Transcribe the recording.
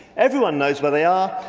everyone knows where they are.